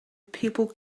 people